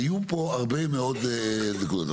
היו פה הרבה מאוד נקודות.